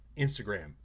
Instagram